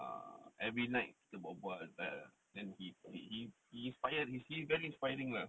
ah every night kita berbual then he did he he inspire he is very inspiring lah